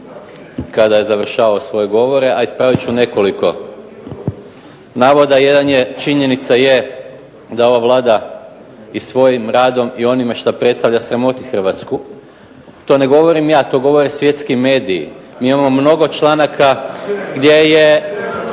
kada je završavao svoje govore. A ispravit ću nekoliko navoda. Jedan je, činjenica je da ova Vlada i svojim radom i onime što predstavlja sramoti Hrvatsku. To ne govorim ja to govore svjetski mediji. Mi imamo mnogo članaka gdje je